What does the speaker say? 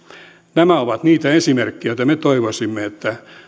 nämä ovat niitä esimerkkejä joissa me toivoisimme että